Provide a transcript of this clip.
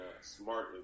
smart